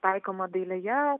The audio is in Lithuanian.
taikomą dailėje